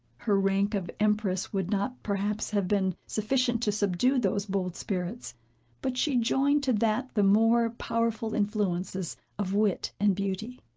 her rank of empress would not, perhaps, have been sufficient to subdue those bold spirits but she joined to that the more powerful influences of wit and beauty.